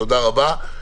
תודה רבה.